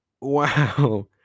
Wow